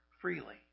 freely